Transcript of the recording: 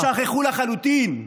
שכחו לחלוטין,